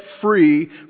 free